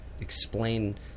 explain